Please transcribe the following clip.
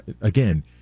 again